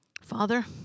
Father